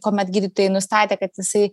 kuomet gydytojai nustatė kad jisai